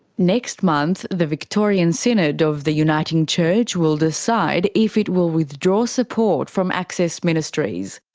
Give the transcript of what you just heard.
next month the victorian synod of the uniting church will decide if it will withdraw support from access ministries.